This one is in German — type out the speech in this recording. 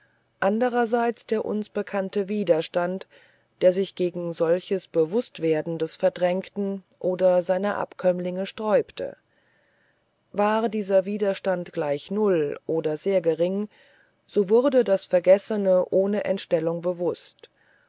anderseits der uns bekannte widerstand der sich gegen solches bewußtwerden des verdrängten oder seiner abkömmlinge sträubte war dieser widerstand gleich null oder sehr gering so wurde das vergessene ohne entstellung bewußt